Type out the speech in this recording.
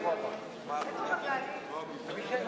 להביע אי-אמון בממשלה